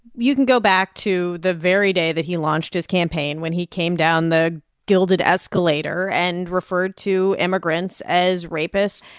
you can go back to the very day that he launched his campaign, when he came down the gilded escalator and referred to immigrants as rapists,